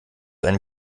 einen